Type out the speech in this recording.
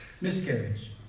miscarriage